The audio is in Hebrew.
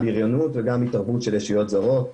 בריונות וגם התערבות של ישויות זרות,